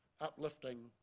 uplifting